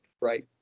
right